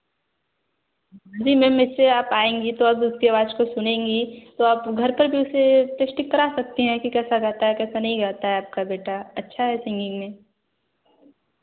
जी ma'am इससे आप आएँगी तो आप उसकी आवाज़ को सुनेंगी तो आप घर पर भी उसे पेस्टिक करा सकती हैं कि कैसा गाता है कैसा नहीं गाता आपका बेटा अच्छा है सिंगिंग में